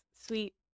Sweet